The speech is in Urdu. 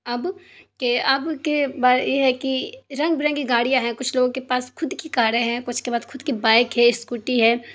اب کے اب کے بارے یہ ہے کہ رنگ برنگی گاڑیاں ہیں کچھ لوگوں کے پاس خود کی کاریں ہے کچھ کے پاس خود کی بائک ہے اسکوٹی ہے